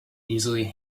easily